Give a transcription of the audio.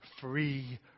free